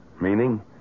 Meaning